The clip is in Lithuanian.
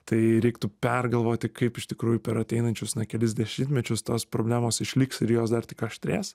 tai reiktų pergalvoti kaip iš tikrųjų per ateinančius kelis dešimtmečius tos problemos išliks ir jos dar tik aštrės